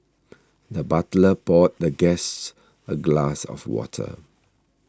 the butler poured the guests a glass of water